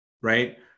Right